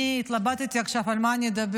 אני התלבטתי עכשיו על מה אני אדבר,